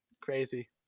Crazy